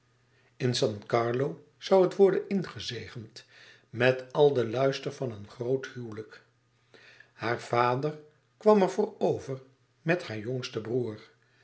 san carlo zoû het worden ingezegend met al den luister van een groot huwelijk hare vader kwam er voor over met haar jongsten broêr